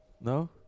No